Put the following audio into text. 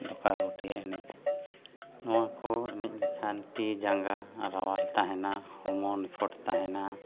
ᱞᱳᱠᱟ ᱜᱷᱩᱴᱤ ᱮᱱᱮᱡ ᱱᱚᱣᱟ ᱠᱚ ᱮᱱᱮᱡ ᱞᱮᱠᱷᱟᱱ ᱛᱤ ᱡᱟᱸᱜᱟ ᱨᱟᱣᱟᱞ ᱛᱟᱦᱮᱱᱟ ᱦᱚᱲᱢᱚ ᱱᱤᱯᱷᱩᱴ ᱛᱟᱦᱮᱱᱟ